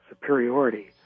superiority